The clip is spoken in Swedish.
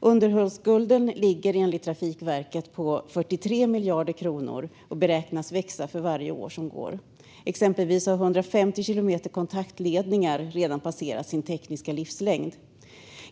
Underhållsskulden ligger enligt Trafikverket på 43 miljarder kronor och beräknas växa för varje år som går. Exempelvis har 150 kilometer kontaktledningar redan passerat sin tekniska livslängd.